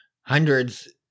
Hundreds